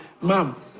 mom